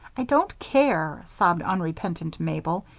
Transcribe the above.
i don't care, sobbed unrepentant mabel.